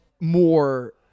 more